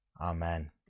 Amen